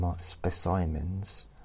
specimens